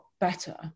better